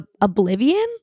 oblivion